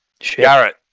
Garrett